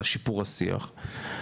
לשיפור השיח.